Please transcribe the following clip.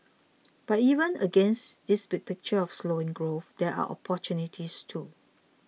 but even against this big picture of slowing growth there are opportunities too